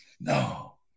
No